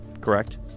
correct